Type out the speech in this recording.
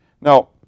Now